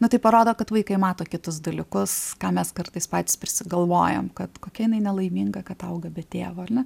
nu tai parodo kad vaikai mato kitus dalykus ką mes kartais patys prisigalvojam kad kokia jinai nelaiminga kad auga be tėvo ar ne